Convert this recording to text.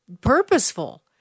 purposeful